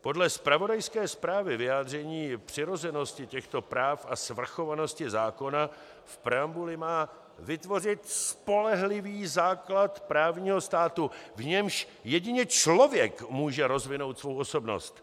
Podle zpravodajské zprávy vyjádření přirozenosti těchto práv a svrchovanosti zákona v preambuli má vytvořit spolehlivý základ právního státu, v němž jedině člověk může rozvinout svou osobnost.